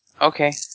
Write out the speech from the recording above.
Okay